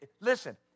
Listen